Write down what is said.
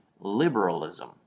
liberalism